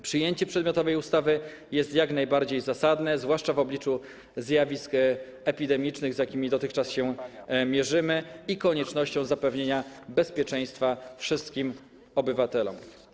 Przyjęcie przedmiotowej ustawy jest jak najbardziej zasadne, zwłaszcza w obliczu zjawisk epidemicznych, z jakimi dotychczas się mierzymy, i konieczności zapewnienia bezpieczeństwa wszystkim obywatelom.